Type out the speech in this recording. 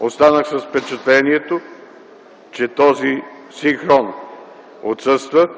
останах с впечатлението, че този синхрон отсъства,